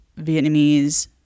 Vietnamese